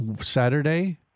Saturday